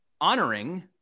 honoring